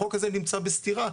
החוק הזה נמצא בסתירה.